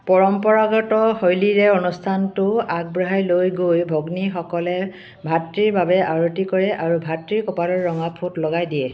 পৰম্পৰাগত শৈলীৰে অনুষ্ঠানটো আগবঢ়াই লৈ গৈ ভগ্নীসকলে ভাতৃৰ বাবে আৰতি কৰে আৰু ভাতৃৰ কপালত ৰঙা ফোঁট লগাই দিয়ে